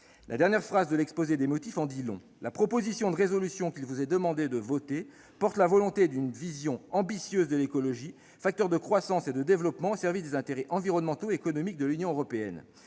La dernière phrase de l'exposé des motifs en dit long :« La proposition de résolution, qu'il vous est demandé de voter, porte la volonté d'une vision ambitieuse de l'écologie, facteur de croissance et de développement, au service des intérêts environnementaux et économiques de l'Union européenne. »